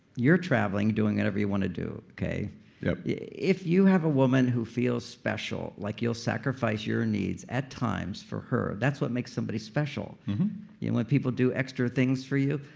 you're traveling, doing whatever you want to do, okay yep yeah if you have a woman who feels special, like you'll sacrifice your needs, at times for her, that's what makes somebody special mm-hmm and when people do extra things for you.